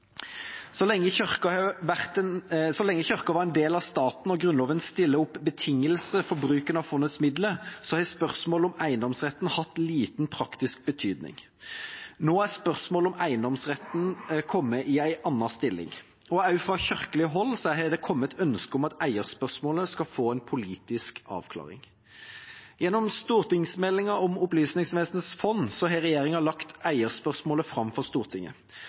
Så lenge Kirken var en del av staten og Grunnloven stiller opp betingelser for bruken av fondets midler, har spørsmålet om eiendomsretten hatt liten praktisk betydning. Nå er spørsmålet om eiendomsretten kommet i en annen stilling. Også fra kirkelig hold har det kommet ønske om at eierspørsmålet skal få en politisk avklaring. Gjennom stortingsmeldinga om Opplysningsvesenets fond har regjeringa lagt eierspørsmålet fram for Stortinget.